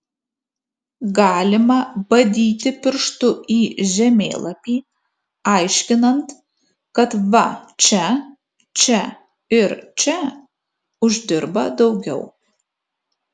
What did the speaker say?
galima badyti pirštu į žemėlapį aiškinant kad va čia čia ir čia uždirba daugiau